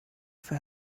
for